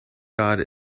god